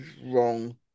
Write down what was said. Wrong